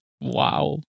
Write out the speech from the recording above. Wow